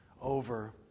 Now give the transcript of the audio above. over